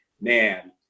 man